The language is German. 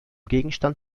gegenstand